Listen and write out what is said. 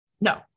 No